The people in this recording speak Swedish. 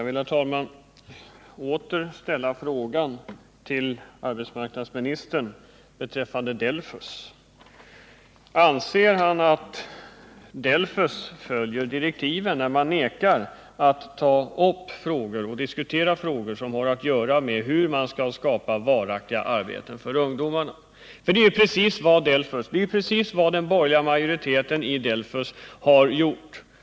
Herr talman! Jag vill återkomma till min fråga beträffande DELFUS. Anser arbetsmarknadsministern att DELFUS följer direktiven, när man vägrar att ta upp och diskutera frågor som har att göra med hur man skall kunna skapa varaktiga arbeten för ungdomarna? Det är nämligen precis vad den borgerliga majoriteten i DELFUS har gjort.